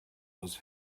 was